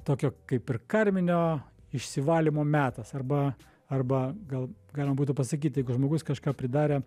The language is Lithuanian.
tokio kaip ir karminio išsivalymo metas arba arba gal galima būtų pasakyt jeigu žmogus kažką pridarė